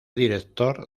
director